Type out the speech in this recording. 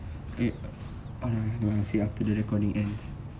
eh !alah! nanti dengar I will say this after the recording ends